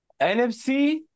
NFC